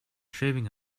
shaving